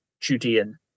Judean